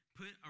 put